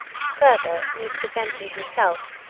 further, mr. fenton himself,